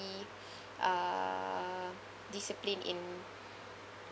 uh disciplined in